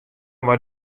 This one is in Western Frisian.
mei